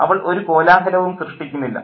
അവൾ ഒരു കോലാഹലവും സൃഷ്ടിക്കുന്നില്ല